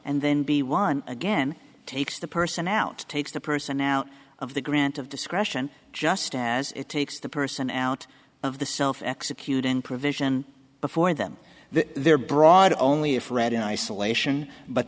and then b one again takes the person out takes the person out of the grant of discretion just as it takes the person out of the self executing provision before them they're brought only if read in isolation but